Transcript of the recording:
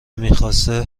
میخواسته